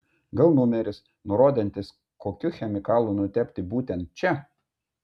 gal numeris nurodantis kokiu chemikalu nutepti būtent čia